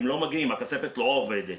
הכספת לא עובדת.